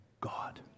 God